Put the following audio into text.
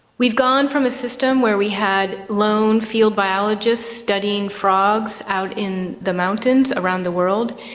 we've gone from a system where we had lone field biologists studying frogs out in the mountains around the world,